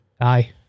Aye